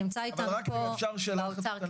נמצא איתנו פה --- אבל רגע אפשר שאלה קטנה?